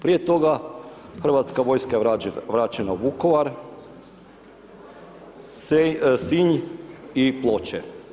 Prije toga, hrvatska vojska je vraćena u Vukovar, Sinj i Ploče.